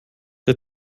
der